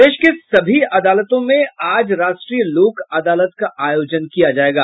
प्रदेश के सभी अदालतों में आज राष्ट्रीय लोक अदालत का आयोजन किया जायेगा